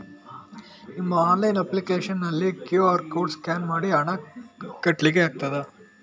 ನಿಮ್ಮ online application ನಲ್ಲಿ QR code scan ಮಾಡಿ ಹಣ ಕಟ್ಲಿಕೆ ಆಗ್ತದ?